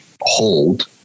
hold